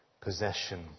possession